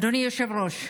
אדוני היושב-ראש,